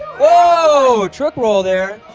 whoa! trick roll there!